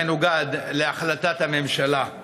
המנוגד להחלטת הממשלה?